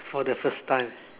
for the first time